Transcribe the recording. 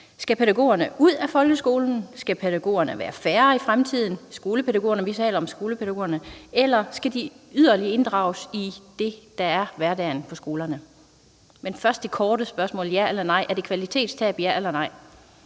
Skal pædagogerne ud af folkeskolen? Skal skolepædagogerne være færre i fremtiden, eller skal de yderligere inddrages i det, der er hverdagen på skolerne? Men først det korte spørgsmål: Er det kvalitetstab – ja eller nej?